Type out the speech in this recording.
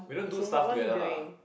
is in what what're you doing